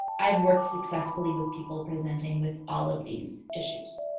i've worked successfully with people presenting with all of these issues.